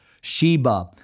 Sheba